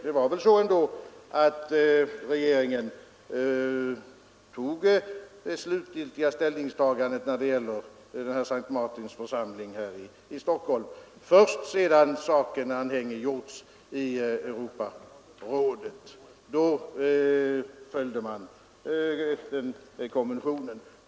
Det var väl ändå så att regeringen gjorde det slutgiltiga ställningstagandet när det gäller S:t Martins församling här i Stockholm först sedan saken anhängiggjorts i Europarådet — då följde man konventionen.